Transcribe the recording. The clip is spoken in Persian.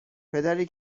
پدری